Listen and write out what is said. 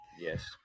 Yes